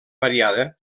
variada